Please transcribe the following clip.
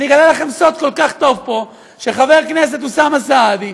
אני אגלה לכם סוד: כל כך טוב פה שחבר הכנסת אוסאמה סעדי,